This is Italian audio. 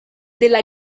della